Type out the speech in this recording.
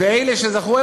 ואלה שזכו,